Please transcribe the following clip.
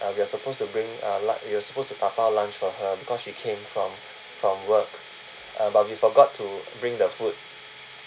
uh we are supposed to bring uh lun~ we're supposed to dabao lunch for her because she came from from work uh but we forgot to bring the food